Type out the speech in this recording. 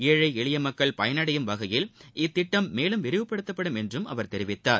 ஏழை எளிய மக்கள் பயனடையும் வகையில் இத்திட்டம் மேலும் விரிவுபடுத்தப்படும் என்றும் அவர் தெரிவித்தார்